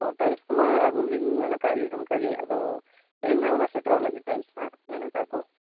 ᱚ ᱴᱟᱭᱤᱥ ᱠᱚᱢᱟ ᱟᱹᱜᱩᱞᱤᱧ ᱢᱮᱱ ᱟᱠᱟᱫ ᱜᱮ ᱚᱱᱠᱟ ᱜᱮ ᱟᱫᱚ ᱛᱮᱦᱮᱧ ᱦᱟᱸᱜ ᱚᱱᱟ ᱥᱮᱴᱮᱨᱚᱜ ᱞᱟᱹᱜᱤᱫ ᱴᱟᱭᱤᱥ ᱫᱚ ᱱᱟᱦᱟᱜ ᱢᱮᱱ ᱟᱠᱟᱫᱟᱠᱚ